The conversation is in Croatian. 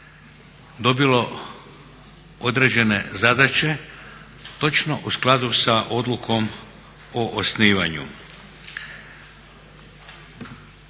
dobilo određene zadaće točno u skladu sa Odlukom o osnivanju.